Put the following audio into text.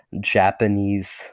Japanese